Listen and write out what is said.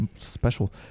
special